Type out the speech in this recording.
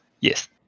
Yes